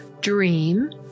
dream